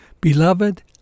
Beloved